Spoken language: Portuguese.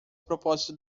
propósito